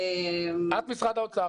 את משרד האוצר,